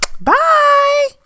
bye